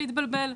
לקידוד.